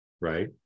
Right